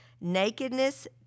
Nakedness